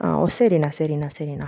ஆ ஓ சரிண்ணா சரிண்ணா சரிண்ணா